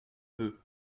peu